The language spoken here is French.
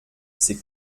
c’est